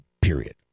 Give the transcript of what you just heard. Period